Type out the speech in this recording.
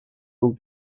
will